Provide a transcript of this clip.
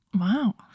Wow